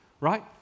right